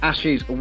Ashes